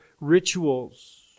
rituals